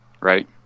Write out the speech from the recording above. right